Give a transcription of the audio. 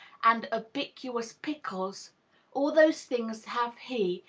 and ubiquitous pickles all those things have he,